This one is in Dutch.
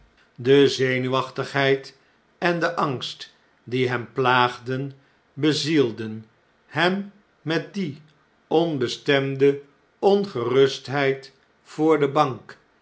de zenuwachtigheid en de angst die hem plaagden bezielden hem met die onbestemde ongerustheid voor de bank